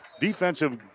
defensive